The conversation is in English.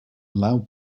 allow